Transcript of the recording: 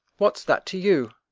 what s that to you?